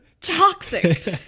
toxic